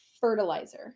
fertilizer